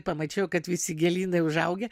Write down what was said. pamačiau kad visi gėlynai užaugę